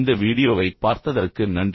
இந்த வீடியோவைப் பார்த்ததற்கு நன்றி